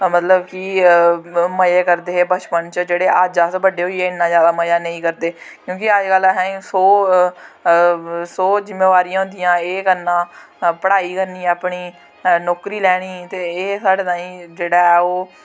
मतलब कि मजे करदे हे बचपन च ते जेह्ड़े अज्ज अस बड्डे होई गे इन्ना जैदा मजा नेईं करदे क्योंकि अजकल असें सौ सौ जिम्मेबारियां होंदियां एह् करना पढ़ाई करनी अपनी नौकरी लैनी ते एह् साढ़े ताईं जेह्ड़ा ऐ ओह्